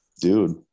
dude